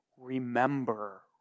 Remember